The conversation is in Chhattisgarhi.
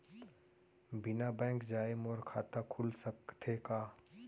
बिना बैंक जाए मोर खाता खुल सकथे का?